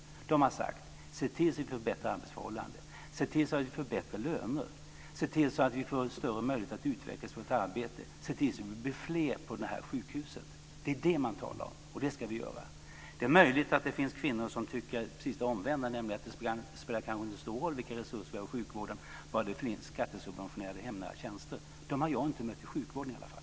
Personalen har sagt: Se till att vi får bättre arbetsförhållanden! Se till att vi får bättre löner! Se till att vi får större möjligheter att utvecklas i vårt arbete! Se till att vi blir fler på det här sjukhuset! Det är det man talar om, och detta ska vi göra. Det är möjligt att det finns kvinnor som tycker precis det omvända, nämligen att det kanske inte spelar så stor roll vilka resurser som finns i sjukvården, bara det finns skattesubventionerade hemnära tjänster. Men dem har i alla fall jag inte mött i sjukvården.